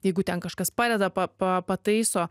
jeigu ten kažkas padeda pa pa pataiso